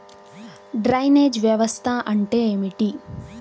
Drainage వ్యవస్థ అంటే ఏమిటి?